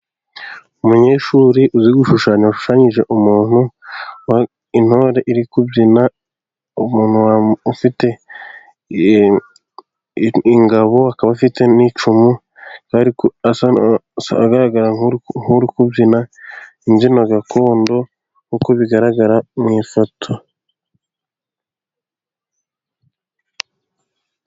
Umunyeshuri uzi gushushanya washushanyije umuntu, intore iri kubyina umuntu ufite ingabo, akaba afite n'icumu, agaragara nkuri kubyina imbyino gakondo nk'uko bigaragara mu ifoto.